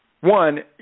one